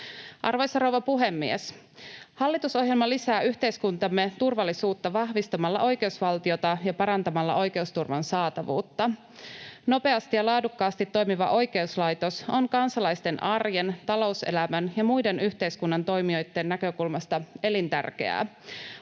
Arvoisa rouva puhemies! Hallitusohjelma lisää yhteiskuntamme turvallisuutta vahvistamalla oikeusvaltiota ja parantamalla oikeusturvan saatavuutta. Nopeasti ja laadukkaasti toimiva oikeuslaitos on kansalaisten arjen, talouselämän ja muiden yhteiskunnan toimijoitten näkökulmasta elintärkeää.